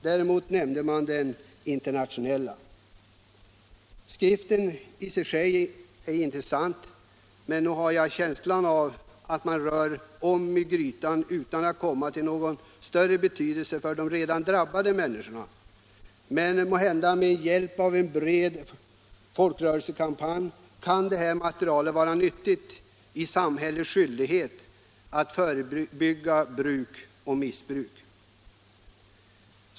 Däremot nämnde man den internationella brottsligheten. Skriften är i sig intressant, men nog har jag känslan att man rör om i grytan utan att ge något av större betydelse för de redan drabbade människorna. Med hjälp av en bred folkrörelsekampanj kan dock materialet kanske vara till nytta i samhällets fullföljande av sin skyldighet att förebygga bruk och missbruk av narkotika.